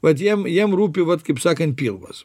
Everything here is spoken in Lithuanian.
vat jiem jiem rūpi vat kaip sakant pilvas